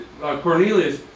Cornelius